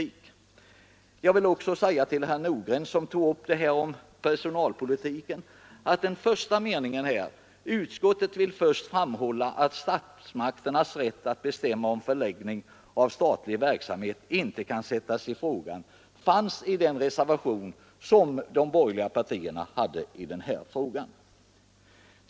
Jag vill vidare säga till herr Nordgren, som också berör personalpolitiken, att den tidigare anförda meningen, ”utskottet vill först framhålla att statsmakternas rätt att bestämma om förläggningen av statlig verksamhet inte kan sättas i fråga”, fanns med i de borgerliga partiernas reservation i denna fråga.